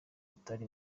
utari